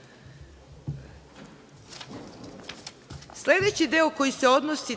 deo. Sledeći deo koji se odnosi